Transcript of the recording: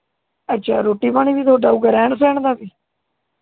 ਅੱਛਾ ਰੋਟੀ ਪਾਣੀ ਵੀ ਤੁਹਾਡਾ ਹੋਵੇਗਾ ਰਹਿਣ ਸਹਿਣ ਦਾ ਵੀ